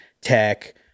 tech